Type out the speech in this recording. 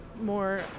more